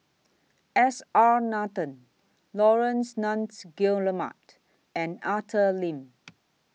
S R Nathan Laurence Nunns Guillemard and Arthur Lim